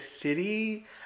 city